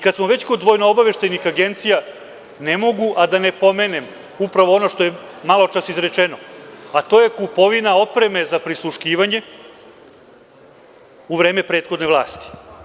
Kada smo već kod VOA-e, ne mogu a da ne pomenem upravo ono što je maločas izrečeno, a to je kupovina opreme za prisluškivanje u vreme prethodne vlasti.